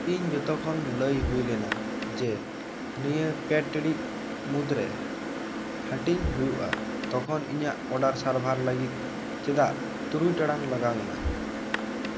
ᱤᱧ ᱡᱚᱛᱚᱠᱷᱚᱱ ᱞᱟᱹᱭ ᱦᱩᱭᱞᱮᱱᱟ ᱡᱮ ᱱᱤᱭᱟᱹ ᱯᱮ ᱴᱤᱲᱤᱡ ᱢᱩᱫᱨᱮ ᱦᱟᱹᱴᱤᱧ ᱦᱩᱭᱩᱜᱼᱟ ᱛᱚᱠᱦᱚᱱ ᱤᱧᱟᱜ ᱳᱰᱟᱨ ᱥᱟᱨᱵᱦᱟᱨ ᱞᱟᱹᱜᱤᱫ ᱪᱮᱫᱟᱜ ᱛᱩᱨᱩᱭ ᱴᱟᱲᱟᱝ ᱞᱟᱜᱟᱣ ᱮᱱᱟ